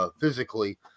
Physically